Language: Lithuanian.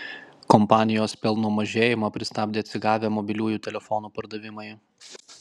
kompanijos pelno mažėjimą pristabdė atsigavę mobiliųjų telefonų pardavimai